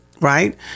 right